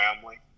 family